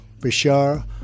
Bashar